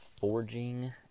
Forging